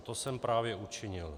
To jsem právě učinil.